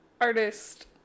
artist